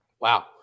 Wow